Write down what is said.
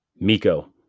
Miko